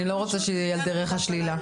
אני לא רוצה שזה יהיה על דרך השלילה.